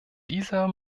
dieser